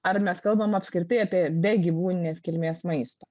ar mes kalbam apskritai apie be gyvūninės kilmės maisto